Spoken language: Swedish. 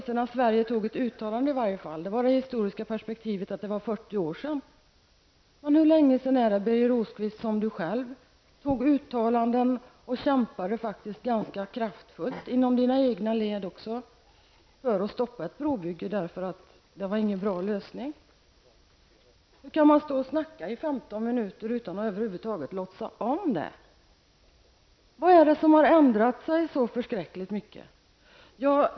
Men hur länge sedan är det som Birger Rosqvist gjorde uttalanden och kämpade ganska kraftfullt, även inom sina egna led, för att stoppa ett brobygge, därför att det inte var någon bra lösning? Hur kan man stå och tala i 15 minuter utan att över huvud taget låtsas om det? Vad är det som har ändrats så förskräckligt?